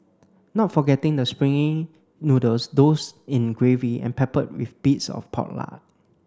not forgetting the springy noodles doused in gravy and peppered with bits of pork lard